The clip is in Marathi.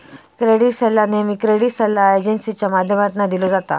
क्रेडीट सल्ला नेहमी क्रेडीट सल्ला एजेंसींच्या माध्यमातना दिलो जाता